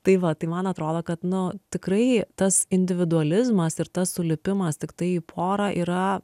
tai va tai man atrodo kad nu tikrai tas individualizmas ir tas sulipimas tiktai į porą yra